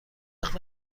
وقت